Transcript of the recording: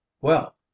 Well